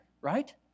right